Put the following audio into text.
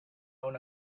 own